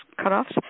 cut-offs